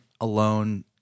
alone